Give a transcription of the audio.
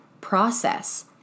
process